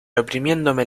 oprimiéndome